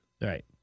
Right